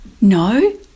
No